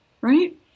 right